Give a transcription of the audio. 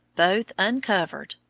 both uncovered,